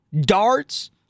darts